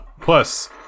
Plus